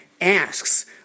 asks